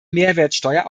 mehrwertsteuer